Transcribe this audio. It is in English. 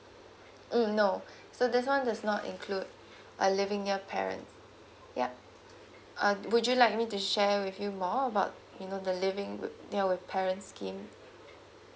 mm no so this one does not include uh living near parent yup uh would you like me to share with you more about you know the living would near with parents scheme